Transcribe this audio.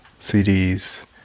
CDs